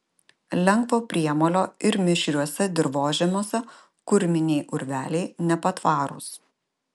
lengvo priemolio ir mišriuose dirvožemiuose kurminiai urveliai nepatvarūs